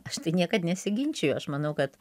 aš tai niekad nesiginčiju aš manau kad